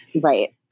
Right